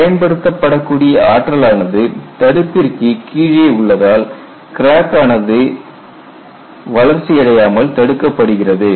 பயன்படுத்தக்கூடிய ஆற்றலானது தடுப்பிற்கு கீழே உள்ளதால் கிராக் ஆனது வளர்ச்சி அடையாமல் தடுக்கப்படுகிறது